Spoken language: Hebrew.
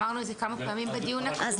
אמרנו את זה כמה פעמים בדיון הקודם.